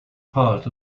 part